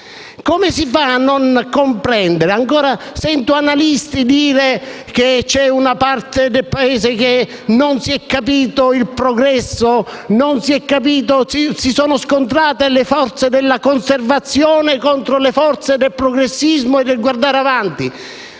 Come si fa a non comprendere? Sento ancora analisti dire che c'è una parte del Paese che non ha capito il progresso, che si sono scontrate le forze della conservazione contro le forze del progressismo e del guardare avanti.